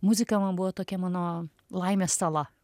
muzika man buvo tokia mano laimės sala